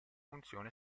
funzione